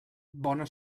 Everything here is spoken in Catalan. bona